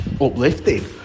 uplifting